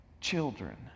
children